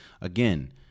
Again